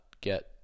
get